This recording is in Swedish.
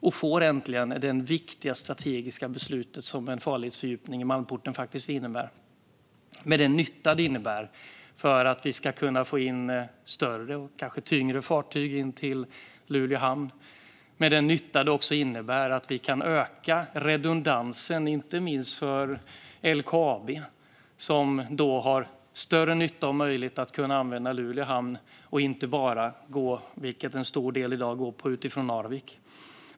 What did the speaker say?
Det är ett viktigt strategiskt beslut som innebär att man äntligen får en farledsfördjupning i Malmporten. Det handlar om nyttan av att vi ska kunna få in större och kanske tyngre fartyg till Luleå hamn, och det handlar om den nytta det innebär att vi kan öka redundansen inte minst för LKAB, som nu får större möjlighet att använda Luleå hamn och inte bara Narvik, som man till stor del går ut från i dag.